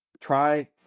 Try